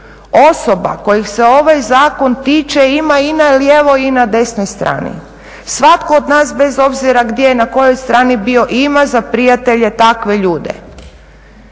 osoba kojih se ovaj zakon tiče ima i na lijevoj i na desnoj strani. Svatko od nas bez obzira gdje i na kojoj strani je bio ima za prijatelje takve ljude.